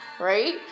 right